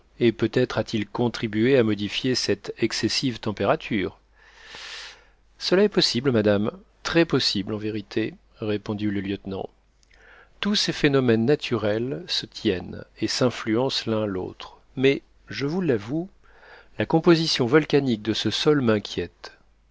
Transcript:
et peut-être a-t-il contribué à modifier cette excessive température cela est possible madame très possible en vérité répondit le lieutenant tous ces phénomènes naturels se tiennent et s'influencent l'un l'autre mais je vous l'avoue la composition volcanique de ce sol m'inquiète